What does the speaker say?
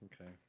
Okay